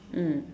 mm